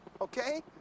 Okay